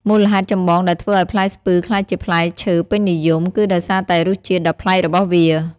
មូលហេតុចម្បងដែលធ្វើឱ្យផ្លែស្ពឺក្លាយជាផ្លែឈើពេញនិយមគឺដោយសារតែរសជាតិដ៏ប្លែករបស់វា។